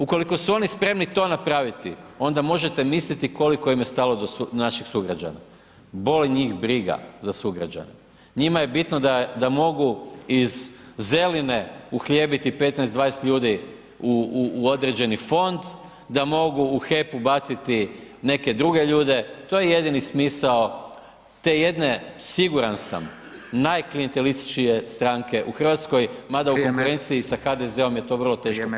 Ukoliko su oni spremni to napraviti, onda možete misliti koliko im je stalo do naših sugrađana, boli njih briga za sugrađane, njima je bitno da mogu iz Zeline uhljebiti 15, 20 ljudi u određeni fond, da mogu u HEP-u baciti neke druge ljude, to je jedini smisao te jedne, siguran sam, najklijentelističkije stranke u RH [[Upadica: Vrijeme]] mada u konkurenciji sa HDZ-om je to vrlo teško [[Upadica: Vrijeme g. Maras]] postići.